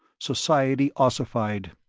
society ossified.